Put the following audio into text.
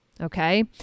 Okay